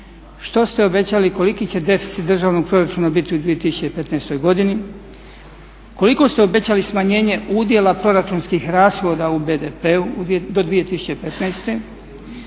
što ste obećali koliki će deficit državnog proračuna biti u 2015.godini? Koliko ste obećali smanjenje udjela proračunskih rashoda u BDP-u do 2015.? Koliko